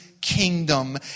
kingdom